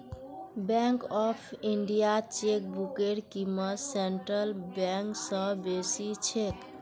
bank of इंडियात चेकबुकेर क़ीमत सेंट्रल बैंक स बेसी छेक